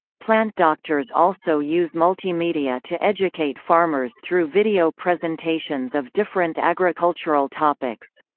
plant doctors also use multimedia to educate farmers through video presentations of different agricultural topics.